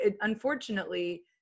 Unfortunately